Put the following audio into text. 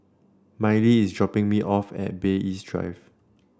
Miley is dropping me off at Bay East Drive